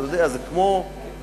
אתה יודע, זה כמו